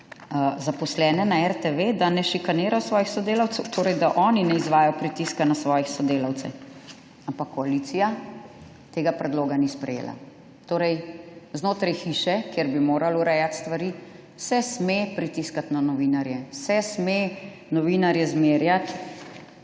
zaposlene na RTV, da ne šikanirajo svojih sodelavcev, torej, da oni ne izvajajo pritiska na svoje sodelavce. Ampak koalicija tega predloga ni sprejela. Torej, znotraj hiše, kjer bi morali urejati stvari, se sme pritiskati na novinarje, se sme novinarje zmerjati